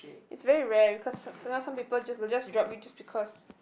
it's very rare because some sometimes people just will just drop you just because